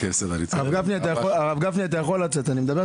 הרב גפני, אתה יכול לצאת כשאני מדבר,